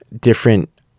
different